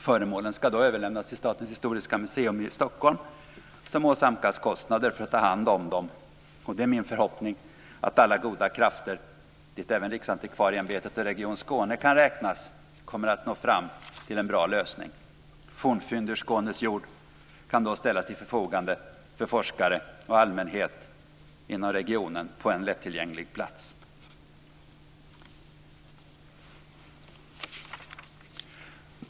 Föremålen ska då överlämnas till Statens historiska museum i Stockholm, som åsamkas kostnader för att ta hand om dem. Det är min förhoppning att alla goda krafter, dit även Riksantikvarieämbetet och Region Skåne kan räknas, kommer att nå fram till en bra lösning. Fornfynd ur Skånes jord kan då ställas till förfogande för forskare och allmänhet inom regionen på en lättillgänglig plats.